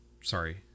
Sorry